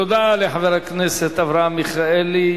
תודה לחבר הכנסת אברהם מיכאלי.